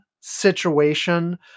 situation